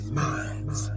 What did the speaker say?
minds